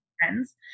friends